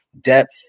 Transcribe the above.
depth